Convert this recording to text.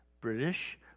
British